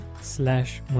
slash